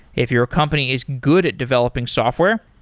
if your company is good at developing software,